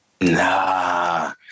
Nah